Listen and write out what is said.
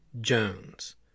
Jones